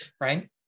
Right